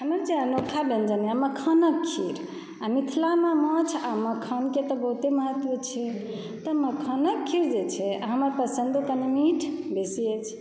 हमर जे अनोखा व्यंजन यऽ मखानक खीर आ मिथिलामे माछ आ मखानके तऽ बहुते महत्त्व छै तऽ मखानक खीर जे छै हमरा पसन्दो कनी मीठ बेसी अछि